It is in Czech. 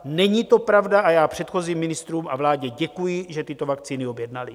Není to pravda a já předchozím ministrům a vládě děkuji, že tyto vakcíny objednali.